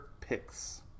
picks